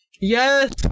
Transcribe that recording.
yes